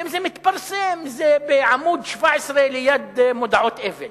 ואם זה מתפרסם, זה בעמוד 17, ליד מודעות אבל,